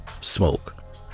smoke